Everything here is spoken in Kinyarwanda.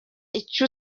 icyo